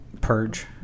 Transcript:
purge